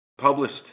published